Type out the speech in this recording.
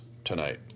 tonight